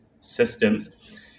systems